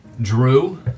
Drew